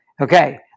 Okay